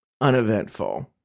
uneventful